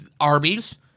Arby's